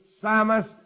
psalmist